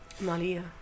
Maria